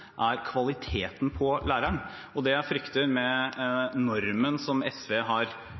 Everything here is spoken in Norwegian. er kvaliteten på læreren. Det jeg frykter med normen som SV har